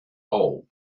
hole